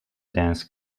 dance